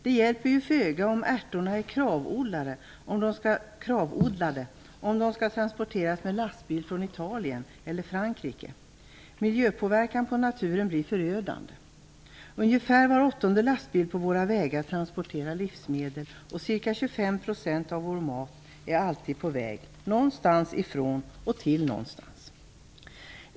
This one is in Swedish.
Det hjälper föga om ärtor är KRAV-odlade om de skall transporteras med lastbil från Italien eller Frankrike. Miljöpåverkan på naturen blir förödande. Ungefär var åttonde lastbil på våra vägar transporterar livsmedel. Ca 25 % av vår mat är alltid på väg - ifrån någonstans och till någonstans.